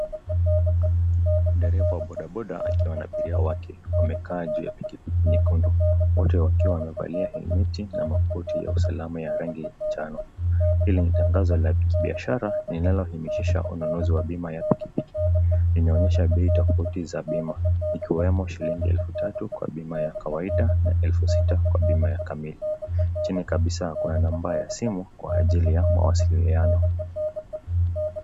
Dereva wa bodaboda akiwa na abiria wake wamekaa juu ya pikipiki nyekundu. Wote wakiwa wamevaa helmeti na makoti ya usalama ya rangi ya njano. Hili ni tangazo la kibiashara linalohimiza ununuzi wa bima ya pikipiki. Linaonyesha bei tofauti za bima ikiwemo shilingi elfu tatu kwa bima ya kawaida na elfu sita kwa bima ya kamili. Chini kabisa kuna namba ya simu kwa ajili ya mawasiliano.